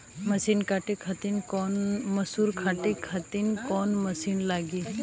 मसूरी काटे खातिर कोवन मसिन लागी?